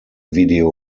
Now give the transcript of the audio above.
video